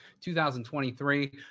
2023